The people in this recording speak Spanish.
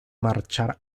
marchar